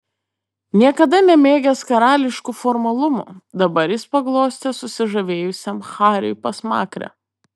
niekada nemėgęs karališkų formalumų dabar jis paglostė susižavėjusiam hariui pasmakrę